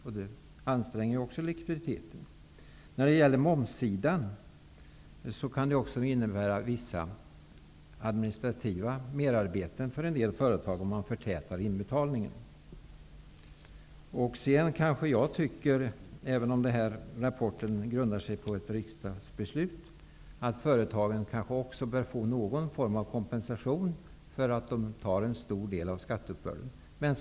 Också det anstränger likviditeten. Det kan vidare på momssidan bli visst administrativt merarbete för en del företag om man förtätar inbetalningarna. Även om rapporten grundar sig på ett riksdagsbeslut tycker jag att företagen bör få någon form av kompensation för att de tar på sig en stor del av skatteuppbörden.